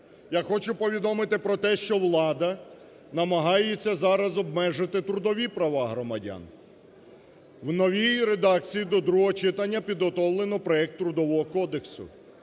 Я хочу повідомити про те, що влада намагається зараз обмежити трудові права громадян. У новій редакції до другого читання підготовлено проект Трудового кодексу.